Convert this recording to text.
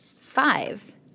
Five